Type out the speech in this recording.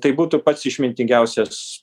tai būtų pats išmintingiausias